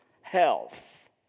health